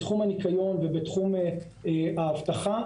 בתחום הניקיון ובתחום האבטחה,